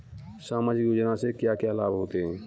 सामाजिक योजना से क्या क्या लाभ होते हैं?